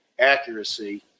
accuracy